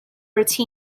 route